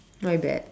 my bad